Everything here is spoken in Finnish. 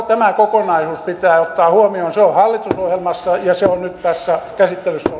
tämä kokonaisuus pitää ottaa huomioon se on hallitusohjelmassa ja se on nyt tässä käsittelyssä